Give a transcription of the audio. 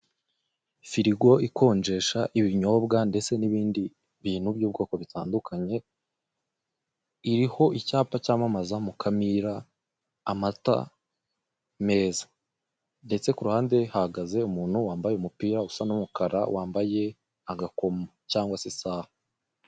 Firigo ikonjesha ibinyobwa ndetse n'ibindi bintu by'ubwoko bitandukanye iriho icyapa cyamamaza Mukamira amata meza ndetse ku ruhande hariho umuntu wambaye agakomo cyangwa se isaha.